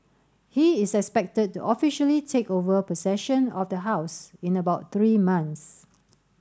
he is expected to officially take over possession of the house in about three months